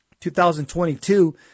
2022